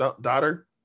daughter